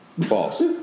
False